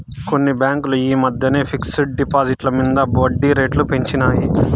కొన్ని బాంకులు ఈ మద్దెన ఫిక్స్ డ్ డిపాజిట్ల మింద ఒడ్జీ రేట్లు పెంచినాయి